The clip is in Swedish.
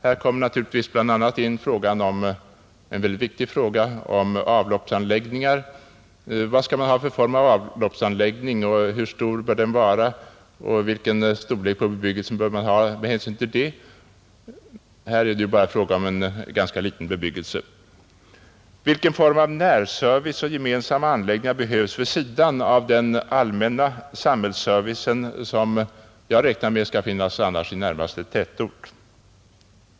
Här kommer naturligtvis bl.a. in den mycket viktiga frågan om avloppsanläggningar. Vad skall man ha för form av avloppsanläggning, hur stor bör den vara med hänsyn till bebyggelsen? Här är det ju bara fråga om en ganska liten bebyggelse. Vilken form av närservice och gemensamma anläggningar behövs vid sidan av den allmänna samhällsservice som jag räknar med skall finnas i närmaste tätort?